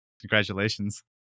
Congratulations